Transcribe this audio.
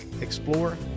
explore